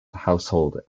household